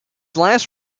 last